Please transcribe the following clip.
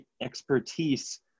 expertise